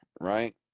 right